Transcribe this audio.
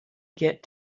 get